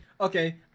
Okay